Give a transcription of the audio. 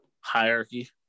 hierarchy